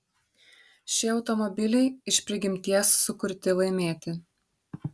šie automobiliai iš prigimties sukurti laimėti